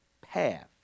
path